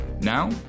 now